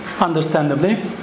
Understandably